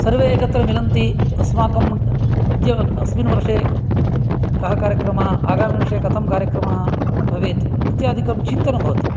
सर्वे एकत्र मिलन्ति अस्माकम् अद्य अस्मिन् वर्षे कः कार्यक्रमः आगामीवर्षे कथं कार्यक्रमः भवेत् इत्यादिकं चिन्तनं भवति